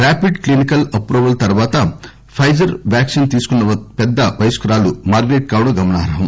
rapid clinical approval తర్వాత Pfizer vaccine తీసుకున్న పెద్ద వయస్కురాలు మార్గెరెట్ కావడం గమనార్హం